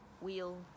wheel